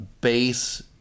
base